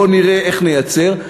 בוא נראה איך נייצר הסכמה.